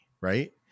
right